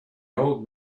old